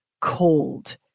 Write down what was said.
cold